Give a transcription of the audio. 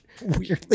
weirdly